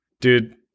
Dude